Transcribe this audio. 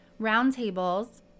roundtables